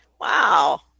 Wow